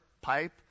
pipe